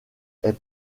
est